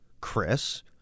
Chris